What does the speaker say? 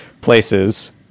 places